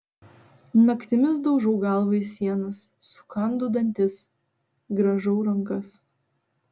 naktimis daužau galvą į sienas sukandu dantis grąžau rankas